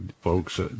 folks